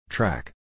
Track